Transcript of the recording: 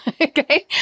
okay